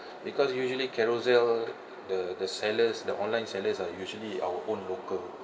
because usually carousell the the sellers the online sellers are usually our own local